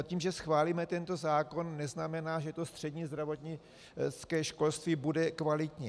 To, že schválíme tento zákon, neznamená, že to střední zdravotnické školství bude kvalitní.